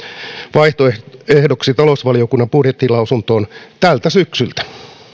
vaihtoehdoksi talousvaliokunnan budjettilausuntoon